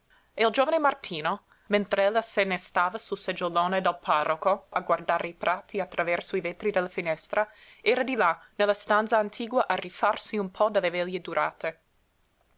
e il giovane martino mentr'ella se ne stava sul seggiolone del parroco a guardare i prati attraverso i vetri della finestra era di là nella stanza attigua a rifarsi un po delle veglie durate